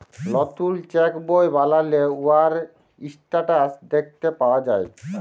লতুল চ্যাক বই বালালে উয়ার ইসট্যাটাস দ্যাখতে পাউয়া যায়